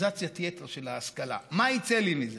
אינסטרומנטליזציית-יתר של ההשכלה: מה יצא לי מזה?